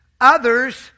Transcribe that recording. others